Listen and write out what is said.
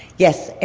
yes.